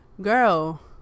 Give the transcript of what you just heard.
girl